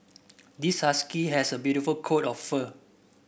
this husky has a beautiful coat of fur